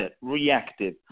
reactive